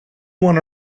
won